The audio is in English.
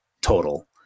total